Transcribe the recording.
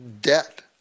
debt